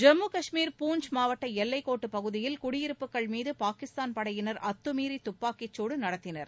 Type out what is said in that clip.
ஜம்மு காஷ்மீர் பூஞ்ச் மாவட்ட எல்லைக்கோட்டுப் பகுதியில் குடியிருப்புகள் மீது பாகிஸ்தான் படையினர் அத்துமீறி துப்பாக்கிச்சூடு நடத்தினர்